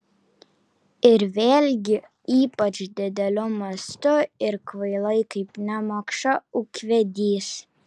ir vėlgi ypač dideliu mastu ir kvailai kaip nemokša ūkvedys